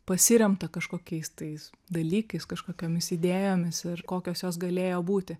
pasiremta kažkokiais tais dalykais kažkokiomis idėjomis ir kokios jos galėjo būti